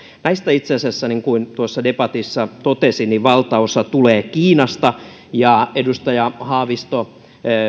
näistä itse asiassa niin kuin tuossa debatissa totesin valtaosa tulee kiinasta ja edustaja haavisto